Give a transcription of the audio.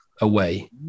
away